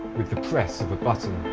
with the press of a button.